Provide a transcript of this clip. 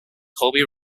colby